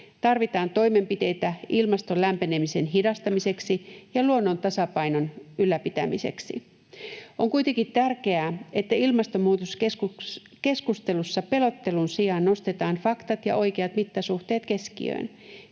Tarvitaan toimenpiteitä ilmaston lämpenemisen hidastamiseksi ja luonnon tasapainon ylläpitämiseksi. On kuitenkin tärkeää, että ilmastonmuutoskeskustelussa pelottelun sijaan nostetaan faktat ja oikeat mittasuhteet keskiöön.